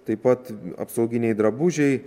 taip pat apsauginiai drabužiai